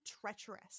treacherous